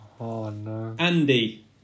Andy